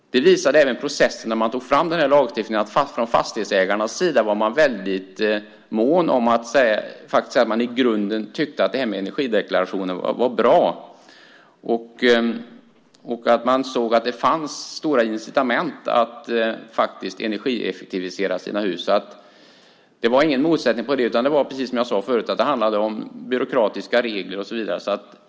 Det visade sig även i processen för att ta fram lagstiftningen att man från fastighetsägarnas sida var väldigt mån om att tala om att man i grunden tyckte att detta med energideklarationer var bra. Man såg att det fanns starka incitament för att energieffektivisera sina hus. Det fanns inga motsättningar om det, utan som jag sade förut handlade det om byråkratiska regler och så vidare.